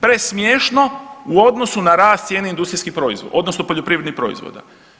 Presmiješno u odnosu na rast industrijskih proizvoda odnosno poljoprivrednih proizvoda.